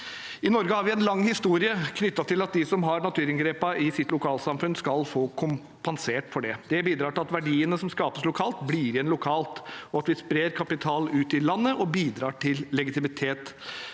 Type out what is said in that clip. I Norge har vi en lang historie knyttet til at de som har naturinngrepene i sitt lokalsamfunn, skal få kompensert for det. Det bidrar til at verdiene som skapes lokalt, blir igjen lokalt, og at vi sprer kapital ut i landet og bidrar til legitimitet